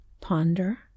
Ponder